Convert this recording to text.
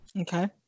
Okay